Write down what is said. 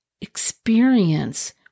experience